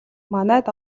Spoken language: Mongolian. манайд